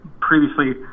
previously